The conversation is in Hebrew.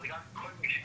בוקר טוב לכולם,